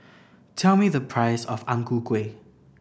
tell me the price of Ang Ku Kueh